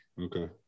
Okay